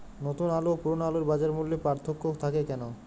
নতুন আলু ও পুরনো আলুর বাজার মূল্যে পার্থক্য থাকে কেন?